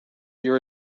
your